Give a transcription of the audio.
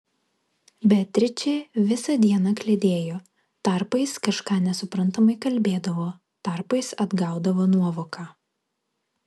beatričė visą dieną kliedėjo tarpais kažką nesuprantamai kalbėdavo tarpais atgaudavo nuovoką